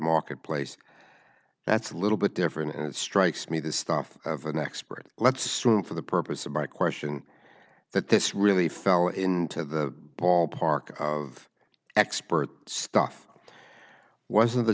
marketplace that's a little bit different and it strikes me the stuff of an expert let's assume for the purpose of my question that this really fell into the ballpark of expert stuff wasn't